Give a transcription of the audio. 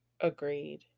Agreed